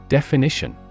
Definition